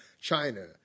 China